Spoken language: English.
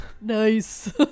Nice